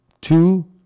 Two